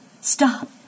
Stop